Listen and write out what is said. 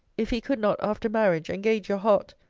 if he could not, after marriage, engage your heart,